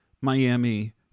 Miami